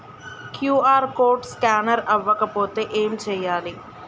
QR code scanner అవ్వకపోతే ఏం చేయాలి?